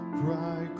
cry